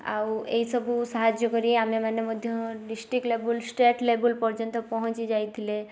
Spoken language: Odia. ଆଉ ଏଇ ସବୁ ସାହାଯ୍ୟ କରି ଆମେମାନେ ମଧ୍ୟ ଡିଷ୍ଟ୍ରିକ୍ଟ ଲେବୁଲ୍ ଷ୍ଟେଟ୍ ଲେବୁଲ୍ ପର୍ଯ୍ୟନ୍ତ ପହଞ୍ଚି ଯାଇଥିଲେ